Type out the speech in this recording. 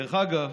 דרך אגב,